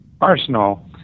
arsenal